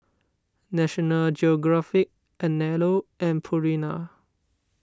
National Geographic Anello and Purina